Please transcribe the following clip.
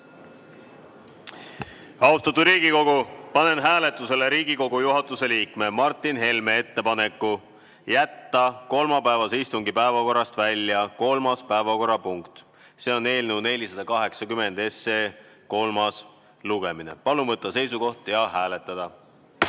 Austatud Riigikogu, panen hääletusele Riigikogu juhatuse liikme Martin Helme ettepaneku jätta kolmapäevase istungi päevakorrast välja kolmas päevakorrapunkt, eelnõu 480 kolmas lugemine. Palun võtta seisukoht ja hääletada!